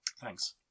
Thanks